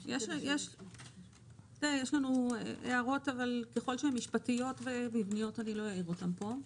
יש לנו הערות אבל ככל שהן משפטיות ומבניות אני לא אעיר אותן פה.